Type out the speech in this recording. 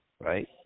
right